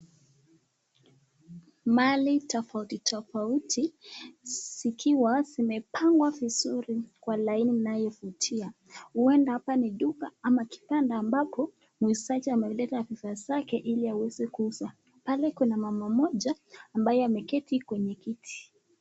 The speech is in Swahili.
Mali tofauti tofauti zikiwa zimepangwa vizuri kwa laini inayovutia huenda hapa ni duka ama kibanda ambapo muuzaji ameleta bidhaa zake ili aweze kuuza pale kuna mama mmoja ambaye ameketi kwenye kiti.